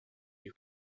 you